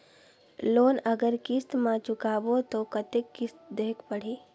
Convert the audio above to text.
Loan अगर किस्त म चुकाबो तो कतेक किस्त देहेक पढ़ही?